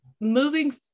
moving